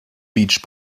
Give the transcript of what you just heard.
beach